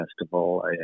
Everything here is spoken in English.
festival